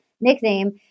nickname